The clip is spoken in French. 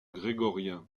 grégorien